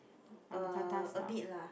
uh abit lah